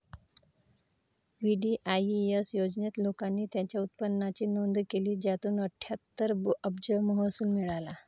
VDIS योजनेत, लोकांनी त्यांच्या उत्पन्नाची नोंद केली, ज्यातून अठ्ठ्याहत्तर अब्ज महसूल मिळाला